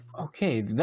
Okay